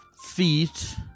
feet